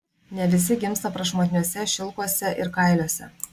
ne visi gimsta prašmatniuose šilkuose ir kailiuose